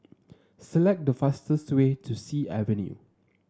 select the fastest way to Sea Avenue